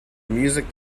music